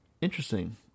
Interesting